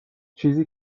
چیزی